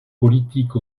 politique